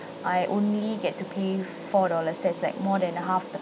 I only get to pay four dollars that's like more than half the